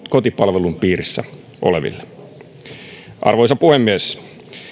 kotipalvelun piirissä oleville arvoisa puhemies